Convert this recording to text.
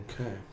Okay